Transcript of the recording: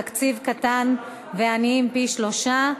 תקציב קטן ועניים פי-שלושה,